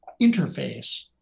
interface